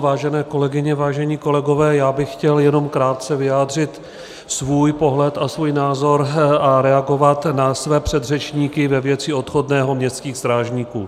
Vážené kolegyně, vážení kolegové, já bych chtěl jenom krátce vyjádřit svůj pohled a svůj názor a reagovat na své předřečníky ve věci odchodného městských strážníků.